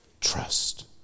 trust